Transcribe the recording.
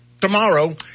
tomorrow